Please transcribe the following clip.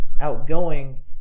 outgoing